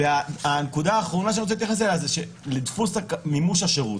הנקודה האחרונה שאני רוצה להתייחס אליה זה לדפוס מימוש השירות.